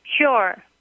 sure